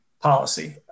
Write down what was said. policy